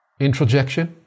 introjection